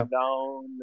down